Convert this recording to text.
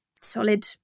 solid